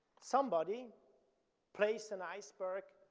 somebody placed an iceberg.